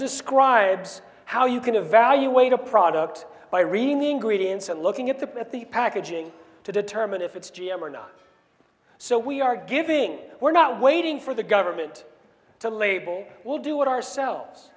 describes how you can evaluate a product by reading the ingredients and looking at the at the packaging to determine if it's g m or not so we are giving we're not waiting for the government to label will do it ourselves